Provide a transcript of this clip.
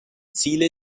ziele